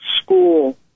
school